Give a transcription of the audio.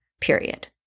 period